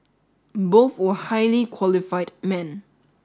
both were highly qualified men